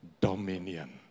dominion